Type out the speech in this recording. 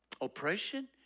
oppression